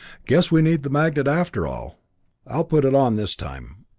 guess we need the magnet after all i'll put it on this time.